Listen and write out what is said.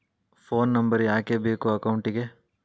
Phone number ಯಾಕೆ ಬೇಕು ಅಕೌಂಟಿಗೆ?